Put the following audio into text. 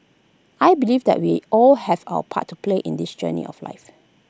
I believe that we all have our part to play in this journey of life